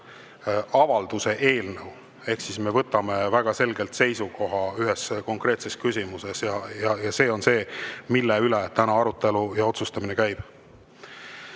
avalduse eelnõu. Ehk siis me võtame väga selgelt seisukoha ühes konkreetses küsimuses. See on see, mille üle täna arutelu ja otsustamine